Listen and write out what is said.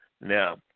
Now